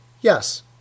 Yes